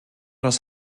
das